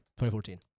2014